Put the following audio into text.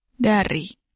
Dari